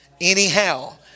anyhow